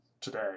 today